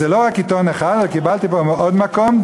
זה לא רק עיתון אחד, קיבלתי מעוד מקום.